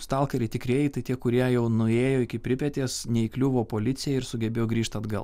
stalkeriai tikrieji tai tie kurie jau nuėjo iki pripetės neįkliuvo policijai ir sugebėjo grįžt atgal